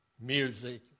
music